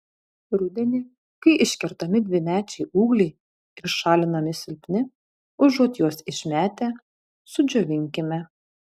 rudenį kai iškertami dvimečiai ūgliai ir šalinami silpni užuot juos išmetę sudžiovinkime